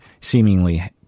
seemingly –